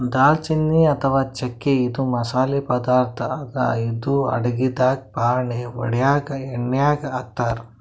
ದಾಲ್ಚಿನ್ನಿ ಅಥವಾ ಚಕ್ಕಿ ಇದು ಮಸಾಲಿ ಪದಾರ್ಥ್ ಅದಾ ಇದು ಅಡಗಿದಾಗ್ ಫಾಣೆ ಹೊಡ್ಯಾಗ್ ಎಣ್ಯಾಗ್ ಹಾಕ್ತಾರ್